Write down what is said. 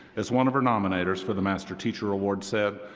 as one of her nominator's for the master teacher award said,